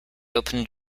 opened